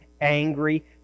angry